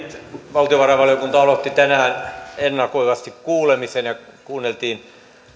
valtiovarainvaliokunta aloitti tänään ennakoivasti kuulemisen ja kuunneltiin